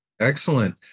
Excellent